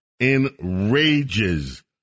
enrages